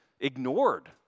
ignored